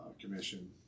Commission